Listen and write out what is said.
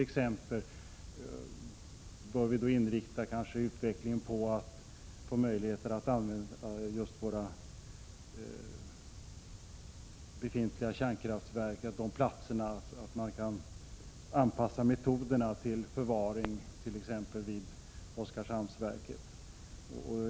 Exempelvis bör vi kanske inrikta utvecklingen på möjligheterna att använda platserna för våra befintliga kärnkraftverk och anpassa metoden till förvaring vid exempelvis Oskarshamnsverket.